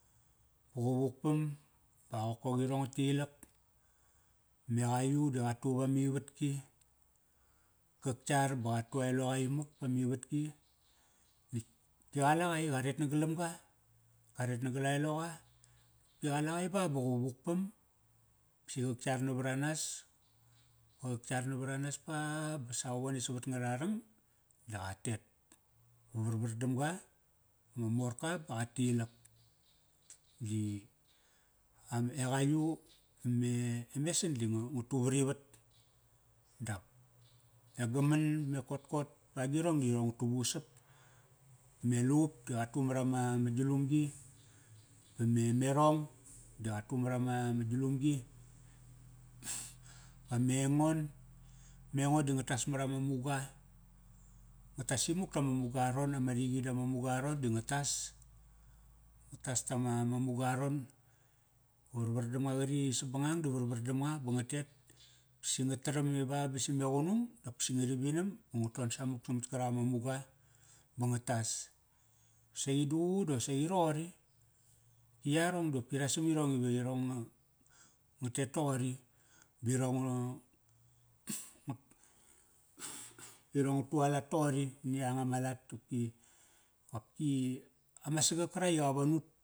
Ba qa vukpam ba a qokoqirong nga tilak. me qaiyu di qatu va mivatki. Qak yar ba qa tu a eloqa imak pa mivatki. Nitk ki qale qa i, qa ret nagalamga. Ka ret nagal a eloqa. Ki qale qa i ba, ba qa vukpam. Si qak yar navara nas. Ba qak yar navara nas paqa ba savavone savat ngara rang, da qa tet varvar dam ga, ma morka ba qa tilak. Di am, e qagu, e mesan di nga tu varivat. Dap e gaman, e kotkot pa girong dirong nga tu vusap. E lup di qa tu marama, ma gilumgi. Ba me merong di qa tu marama, ma gilumgi. Ba mengon, mengon di nga tas marama muga. Nga tas imuk tama muga aron ama riqi dama muga aron di nga tas. Nga tas tama, ma muga aron, varvar dam nga ba nga tet. Si nga taram i ba, ba si me qunung, dop kasi ngari vinam ba nga ton samu samat karak ama muga Ba nga tas, saqi duququ da qosaqi roqori ki yarong dopki ra sam irong iva irong nga, nga tet toqori. Ba irong nga irong nga tu alat toqori. Ni yanga ma lat opki, qopki ama sagak karak qa von ut.